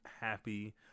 happy